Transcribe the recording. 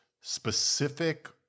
specific